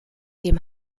dem